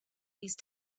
these